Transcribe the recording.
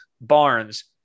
Barnes